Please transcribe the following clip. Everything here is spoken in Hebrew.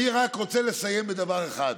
אני רוצה לסיים בדבר אחד: